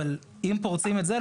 אבל אם פורצים את זה,